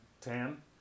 ten